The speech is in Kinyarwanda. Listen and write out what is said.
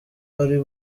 ari